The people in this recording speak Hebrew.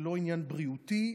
זה לא עניין בריאותי,